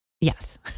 Yes